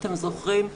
אתם זוכרים,